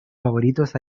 favoritos